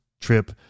trip